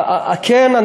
כן,